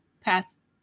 past